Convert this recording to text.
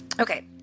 Okay